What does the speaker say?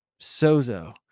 sozo